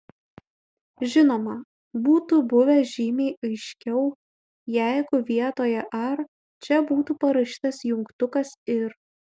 žinoma būtų buvę žymiai aiškiau jeigu vietoje ar čia būtų parašytas jungtukas ir